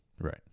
Right